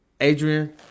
Adrian